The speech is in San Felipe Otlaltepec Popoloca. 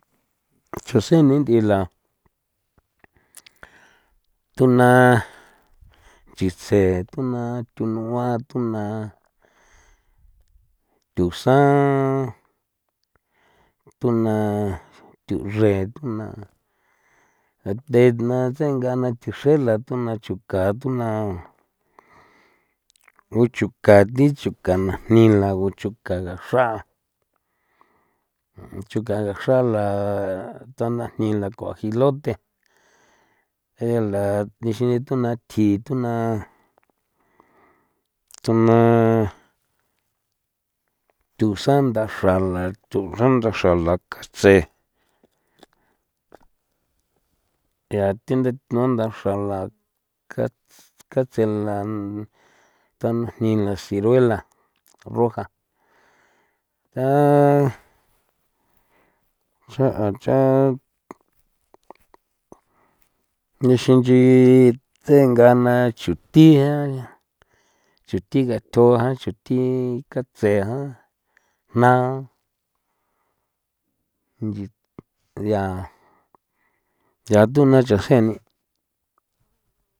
Chasen ni nthꞌi la thunaa titse tunaa tunua tunaa thusan tunaa thuxre tuna na te na tsenga na thixre la tuna chuka tuna uchuka thi chuka najni la o chuka ga xra chuka la xraa la tsanajni la kuajilote ela thixin tuna thji tuna tuna thusan ndaxra la thusan ndaxra la katse yaa thi la ndaxra la ka katse la tanajni la ciruela roja cha' an chan' nixin nchii tenga na chuthi jan, chuthi gatho, chuthi catse jna jan yii ya tuna chasen ni.